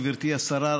גברתי השרה,